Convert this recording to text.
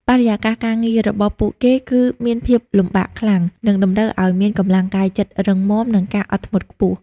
បរិយាកាសការងាររបស់ពួកគេគឺមានភាពលំបាកខ្លាំង និងតម្រូវឲ្យមានកម្លាំងកាយចិត្តរឹងមាំ និងការអត់ធ្មត់ខ្ពស់។